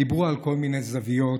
דיברו על כל מיני זוויות